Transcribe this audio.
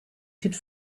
should